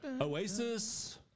Oasis